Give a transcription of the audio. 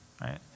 right